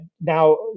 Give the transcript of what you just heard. now